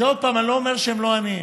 ועוד פעם, אני לא אומר שהם לא עניים,